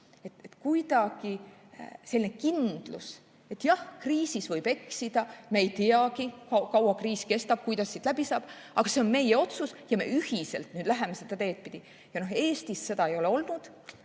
Kuidagi selline kindlus, et jah, kriisis võib eksida, me ei tea, kui kaua kriis kestab, kuidas sellest läbi saab, aga see on meie otsus ja me ühiselt läheme seda teed pidi. Eestis seda ei ole olnud.